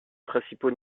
principaux